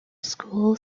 school